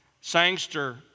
Sangster